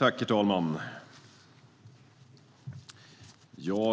Herr talman!